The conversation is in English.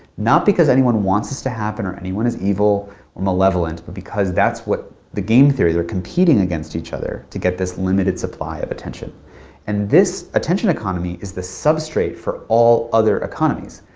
not because anyone wants this to happen or anyone is evil or malevolent, but because that's what the game theory they're competing against each other to get this limited supply of attention and this attention economy is the substrate for all other economies.